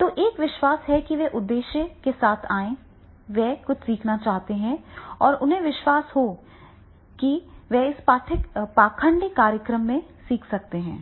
तो एक विश्वास है कि वे एक उद्देश्य के साथ आए हैं वे कुछ सीखना चाहते हैं और उन्हें विश्वास है कि वे इस पाखंडी कार्यक्रम से सीख सकते हैं